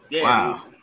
Wow